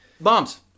Bombs